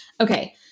Okay